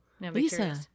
Lisa